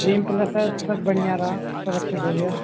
beam पलस्तर सब बढ़िया रहा सब अच्छे से हो गया